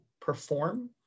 perform